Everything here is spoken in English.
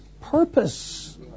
purpose